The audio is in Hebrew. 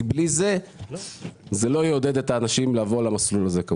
כי זה לא יעודד את האנשים לבוא למסלול הזה.